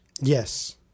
Yes